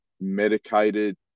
medicated